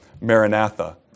Maranatha